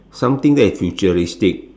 something that its futuristic